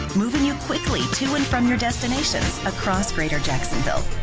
moving you quickly to and from your destinations across greater jacksonville.